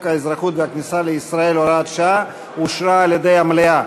האזרחות והכניסה לישראל (הוראת שעה) אושרה על-ידי המליאה.